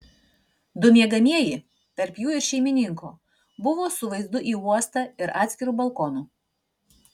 du miegamieji tarp jų ir šeimininko buvo su vaizdu į uostą ir atskiru balkonu